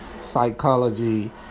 psychology